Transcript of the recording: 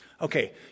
Okay